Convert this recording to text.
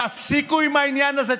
תפסיקו עם העניין הזה.